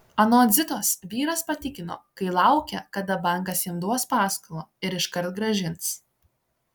anot zitos vyras patikino kai laukia kada bankas jam duos paskolą ir iškart grąžins